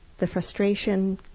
the frustration,